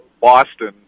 Boston